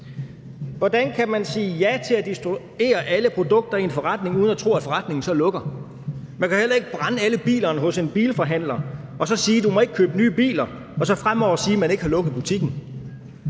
Hvordan kan man sige ja til at destruere alle produkter i en forretning uden at tro, at forretningen så lukker? Man kan heller ikke brænde alle bilerne hos en bilforhandler og så sige, at han ikke må købe nye biler, og så herefter sige, at man ikke har lukket butikken.